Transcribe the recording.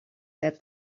said